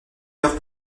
heure